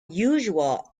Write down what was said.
usual